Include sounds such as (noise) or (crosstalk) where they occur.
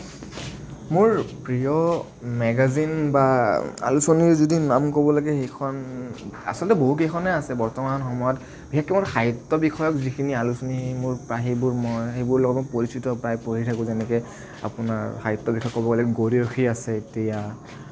মোৰ প্ৰিয় মেগাজিন বা আলোচনীৰ যদি নাম ক'ব লাগে সেইখন আচলতে বহুকেইখনে আছে বৰ্তমান সময়ত বিশেষকৈ সাহিত্য বিষয়ক যিখিনি আলোচনী মোৰ (unintelligible) সেইবোৰ মই সেইবোৰৰ লগত পৰিচিত প্ৰায় পঢ়ি থাকোঁ যেনেকে আপোনাৰ সাহিত্য বিষয় ক'ব গ'লে গৰিয়সী আছে এতিয়া